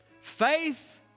Faith